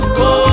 go